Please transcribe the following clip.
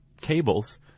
cables